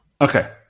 Okay